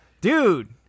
Dude